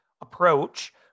approach